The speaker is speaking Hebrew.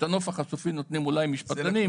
את הנוסח הסופי נותנים אולי משפטנים.